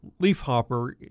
leafhopper